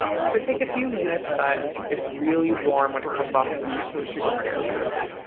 this could take a few minutes, but it's really warm when it comes off the heat so it should go fairly quickly.